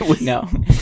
No